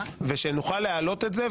ושנוכל להעלות את זה,